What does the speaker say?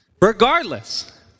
Regardless